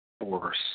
force